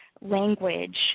language